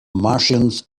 martians